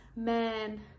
man